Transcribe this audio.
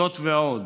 זאת ועוד,